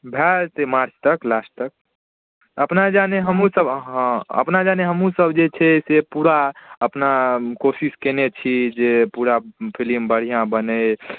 भऽ जेतै मार्च तक लास्ट तक अपना जाने हमहूँसब हँ अपना जाने हमहूँसब जे छै से पूरा अपना कोशिश केने छी जे पूरा फिलिम बढ़िआँ बनै